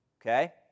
Okay